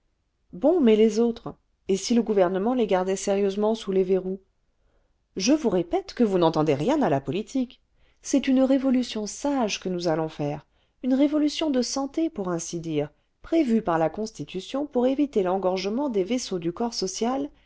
bon mais les autres et si le gouvernement les gardait sérieusement sous les verrous je vous répète que vous n'entendez rien à la politique c'est une révolution sage que nous allons faire une révolution de santé pour ainsi dire prévue par la constitution pour éviter l'engorgement des vaisseaux du corps social